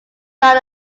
not